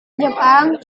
jepang